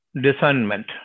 discernment